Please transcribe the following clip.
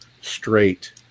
straight